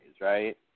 right